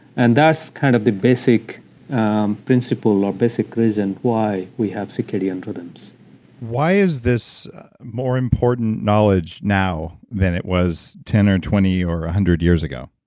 and that's kind of the basic principle or basic reason why we have circadian rhythms why is this more important knowledge now than it was ten or twenty or a one hundred years ago?